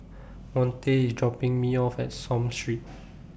Monte IS dropping Me off At Somme Road